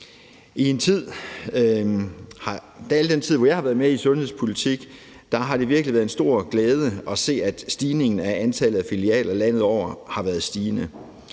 al den tid, hvor jeg har været med i sundhedspolitik, har det virkelig været en stor glæde at se, at antallet af filialer landet over har været stigende.